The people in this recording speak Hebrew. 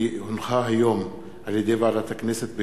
כי הונחו היום של שולחן הכנסת,